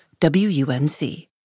WUNC